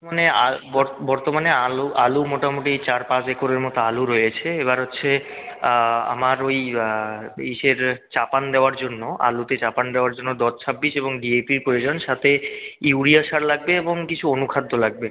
মানে আর বর্তমানে আলু আলু মোটামুটি চার পাঁচ একরের মতো আলু রয়েছে এবার হচ্ছে আমার ওই ইসের চাপান দেওয়ার জন্য আলুতে চাপান দেওয়ার জন্য দশ ছাব্বিশ এবং ডি এ পির প্রয়োজন সাথে ইউরিয়া সার লাগবে এবং কিছু অনুখাদ্য লাগবে